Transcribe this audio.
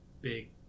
big